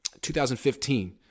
2015